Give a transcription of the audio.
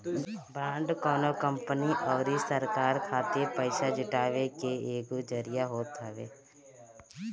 bond कवनो company अउरी सरकार खातिर पईसा जुटाए के एगो जरिया होत हवे